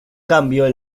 cambio